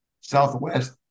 Southwest